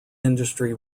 industry